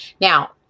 Now